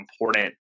important